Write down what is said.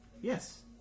Yes